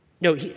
No